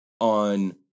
on